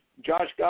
Josh